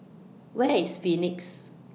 Where IS Phoenix